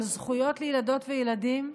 על זכויות לילדות וילדים,